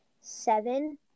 seven